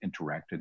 interacted